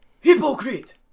Hypocrite